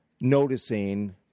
noticing